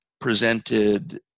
presented